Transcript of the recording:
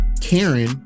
Karen